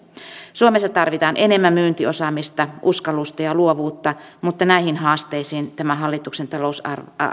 suomessa tarvitaan enemmän myyntiosaamista uskallusta ja luovuutta mutta näihin haasteisiin tämä hallituksen